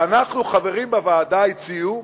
ואנחנו, חברים בוועדה הציעו: